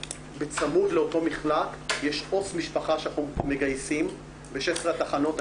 בצמוד לאותו מחלק יש עובד סוציאלי משפחה שאנחנו מגייסים ב-16 התחנות.